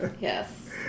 Yes